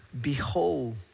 behold